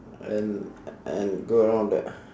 and and go around there